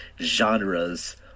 genres